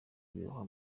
ibirohwa